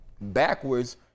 backwards